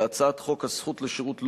בהצעת חוק הזכות לשירות לאומי,